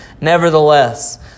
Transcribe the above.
Nevertheless